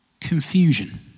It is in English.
confusion